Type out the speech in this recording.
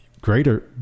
greater